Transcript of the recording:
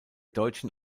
deutschen